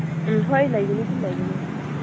ꯎꯝ ꯍꯣꯏ ꯂꯩꯒꯅꯤ ꯑꯗꯨꯝ ꯂꯩꯒꯅꯤ ꯎꯝ